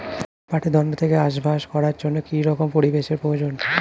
পাটের দণ্ড থেকে আসবাব করার জন্য কি রকম পরিবেশ এর প্রয়োজন?